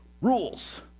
rules